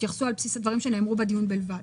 תתייחסו על בסיס הדברים שנאמרו בדיון בלבד.